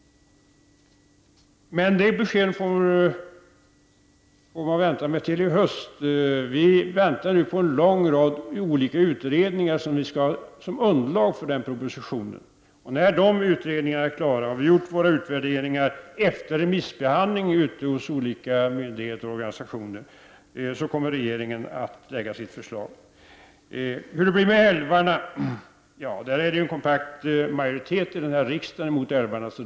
En del besked får lämnas i höst. Vi i regeringen väntar på en lång rad olika utredningar som vi skall använda som underlag för denna proposition. När dessa utredningar är klara och när vi har gjort våra utvärderingar och efter det att remissvaren har inkommit från olika myndigheter och organisationer, kommer vi att lägga fram vårt förslag. Det finns en kompakt majoritet i denna riksdag mot en utbyggnad av älvarna.